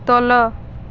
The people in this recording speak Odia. ତଲ